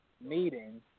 meeting